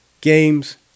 games